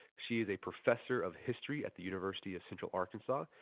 she is a professor of history at the university of central arkansas.